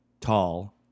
tall